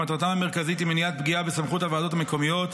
שמטרתם המרכזית היא מניעת פגיעה בסמכות הוועדות המקומיות,